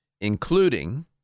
including